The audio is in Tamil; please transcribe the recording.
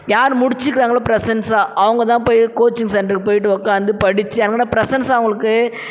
யார் முடிச்சிக்கிறாங்களோ ப்ரெசென்ஸாக அவங்கதான் போய் கோச்சிங் சென்டர்க்கு போய் உட்காந்து படிச்சு அங்கே ப்ரெசென்ஸாக அவங்களுக்கு